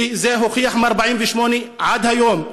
כי זה הוכח מ-1948 עד היום,